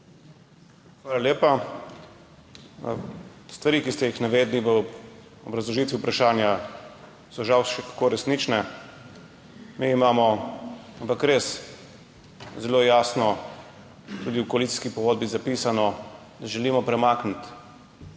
Hvala lepa. Stvari, ki ste jih navedli v obrazložitvi vprašanja, so žal še kako resnične. Mi imamo res zelo jasno tudi v koalicijski pogodbi zapisano, da želimo premakniti